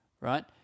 right